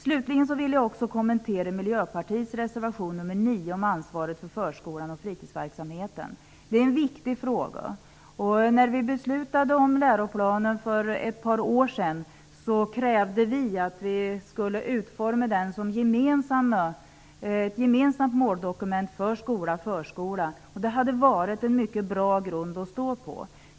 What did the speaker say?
Slutligen vill jag också kommentera Miljöpartiets reservation 9 om ansvaret för förskolan och fritidsverksamheten. Det är en viktig fråga. När vi beslutade om läroplanen för ett par år sedan krävde vi att den skulle utformas som ett gemensamt måldokument för skolan och förskolan. Det hade varit en mycket bra grund att stå på.